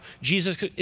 Jesus